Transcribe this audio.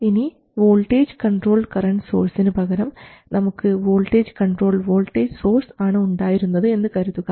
ഇനി voltage controlled current സോഴ്സിനു പകരം നമുക്ക് വോൾട്ടേജ് കൺട്രോൾഡ് വോൾട്ടേജ് സോഴ്സ് ആണ് ഉണ്ടായിരുന്നത് എന്ന് കരുതുക